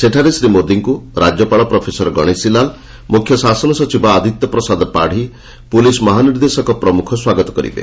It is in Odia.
ସେଠାରେ ଶ୍ରୀ ମୋଦିଙ୍କୁ ରାଜ୍ୟପାଳ ପ୍ରଫେସର ଗଣେଶିଲାଲ ମୁଖ୍ୟ ଶାସନ ସଚିବ ଆଦିତ୍ୟ ପ୍ରସାଦ ପାଢ଼ି ପୁଲିସ୍ ମହାନିର୍ଦ୍ଦେଶକ ପ୍ରମୁଖ ସ୍ୱାଗତ କରିବେ